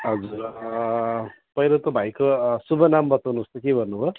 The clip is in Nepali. हजुर पहिलो त भाइको शुभनाम बताउनुहोस् त के भन्नुभयो